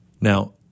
Now